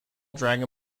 dragon